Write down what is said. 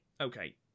okay